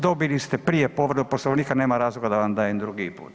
Dobili ste prije povredu Poslovnika nema razloga da vam dajem drugi put.